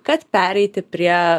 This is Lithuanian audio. kad pereiti prie